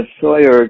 Sawyer